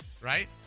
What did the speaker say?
right